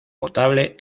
potable